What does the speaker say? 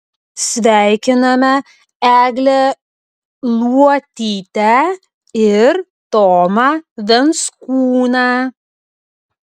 sveikiname eglę luotytę ir tomą venskūną